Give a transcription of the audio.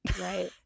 Right